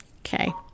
Okay